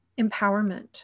empowerment